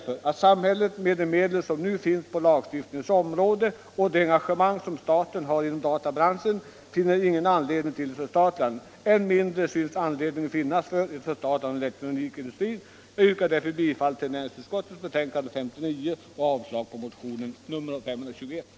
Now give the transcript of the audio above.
Frågan om förstatligande av dataindustrin eller delar av densamma togs icke upp av utredningen.